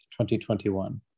2021